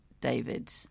David